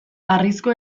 harrizko